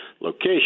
location